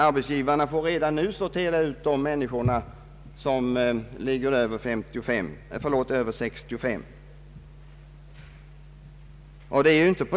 Arbetsgivarna får nu sortera ut uppgifterna om de anställda som uppnått 65 års ålder.